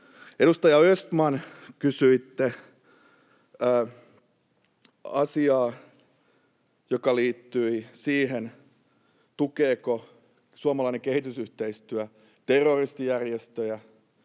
Edustaja Östman, kysyitte asiaa, joka liittyi siihen, tukeeko suomalainen kehitysyhteistyö terroristijärjestöjä.